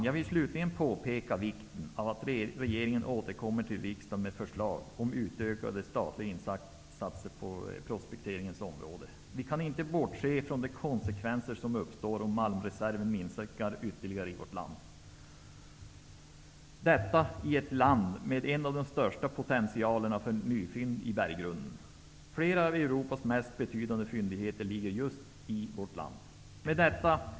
Jag vill slutligen peka på vikten av att regeringen återkommer till riksdagen med förslag om utökade statliga insatser på prospektering. Vi kan inte bortse från de konsekvenser som uppstår om malmreserven minskar ytterligare i vårt land -- ett land med en av de största potentialerna för att finna nyfyndigheter i berggrunden. Flera av Europas mest betydande fyndigheter ligger just i vårt land. Fru talman!